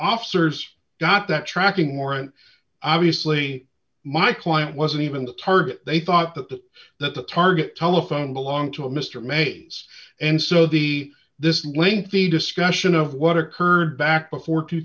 officers got that tracking morant obviously my client wasn't even the target they thought that that the target telephone belonged to a mr maes and so the this lengthy discussion of what occurred back before two